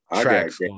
tracks